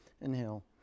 Inhale